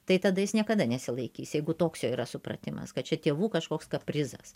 tai tada jis niekada nesilaikys jeigu toks jo yra supratimas kad čia tėvų kažkoks kaprizas